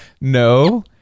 No